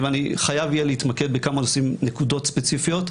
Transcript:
ואני חייב אהיה להתמקד בכמה נקודות ספציפיות,